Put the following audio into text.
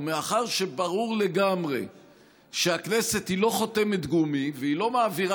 מאחר שברור לגמרי שהכנסת היא לא חותמת גומי והיא לא מעבירה